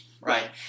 Right